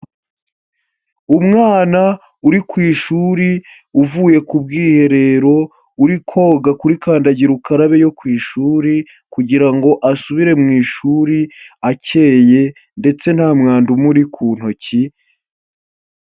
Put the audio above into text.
Umwana uri ku ishuri uvuye ku bwiherero, uri koga kuri kandagira ukarabe yo ku ishuri, kugira ngo asubire mu ishuri akeye ndetse nta mwanda umuri ku ntoki.